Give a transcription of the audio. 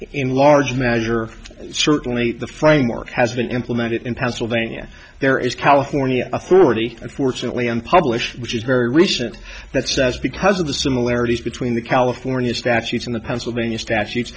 in large measure certainly the framework has been implemented in pennsylvania there is california authority unfortunately unpublished which is very recent that says because of the similarities between the california statutes and the pennsylvania statutes